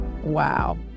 Wow